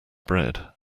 bread